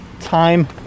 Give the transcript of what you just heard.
time